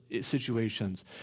situations